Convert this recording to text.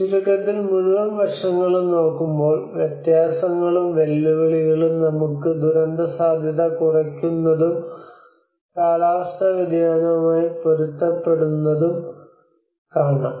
ചുരുക്കത്തിൽ മുഴുവൻ വശങ്ങളും നോക്കുമ്പോൾ വ്യത്യാസങ്ങളും വെല്ലുവിളികളും നമുക്ക് ദുരന്തസാധ്യത കുറയ്ക്കുന്നതും കാലാവസ്ഥാ വ്യതിയാനവുമായി പൊരുത്തപ്പെടുന്നതും കാണാം